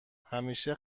همیشه